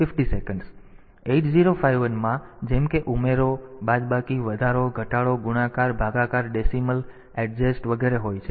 8051 માં જેમ કે ઉમેરો બાદબાકી વધારો ઘટાડો ગુણાકાર ભાગાકાર દશાંશ એડજસ્ટ વગેરે હોય છે